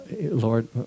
Lord